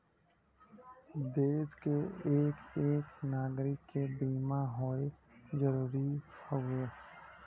देस के एक एक नागरीक के बीमा होए जरूरी हउवे